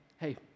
hey